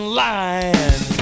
lying